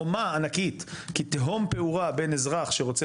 חומה ענקית כתהום פעורה בין אזרח שרוצה